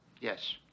Yes